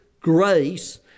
grace